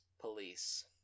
police